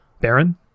Baron